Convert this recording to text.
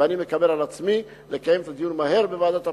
ואני מקבל על עצמי לקיים מהר את הדיון בוועדת הפנים,